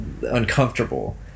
uncomfortable